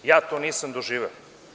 Ja to nisam doživeo.